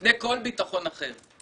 לפני כל ביטחון אחר.